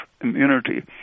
immunity